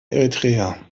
eritrea